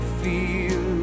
feel